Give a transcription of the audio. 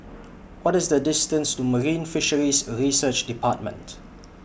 What IS The distance to Marine Fisheries Research department